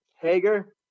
Hager